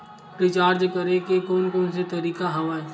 Recharge करे के कोन कोन से तरीका हवय?